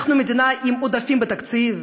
אנחנו מדינה עם עודפים בתקציב,